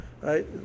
right